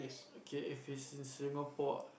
okay if it's in Singapore